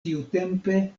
tiutempe